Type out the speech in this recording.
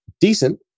Decent